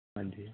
ਹਾਂਜੀ